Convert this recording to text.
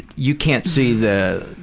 you can't see the.